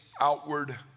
outward